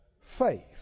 faith